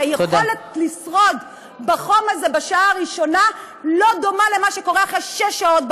כי היכולת לשרוד בחום הזה בשעה הראשונה לא דומה למה שקורה אחרי שש שעות,